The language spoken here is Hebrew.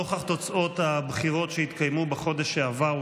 נוכח תוצאות הבחירות שהתקיימו בחודש שעבר,